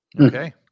okay